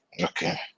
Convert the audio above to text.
Okay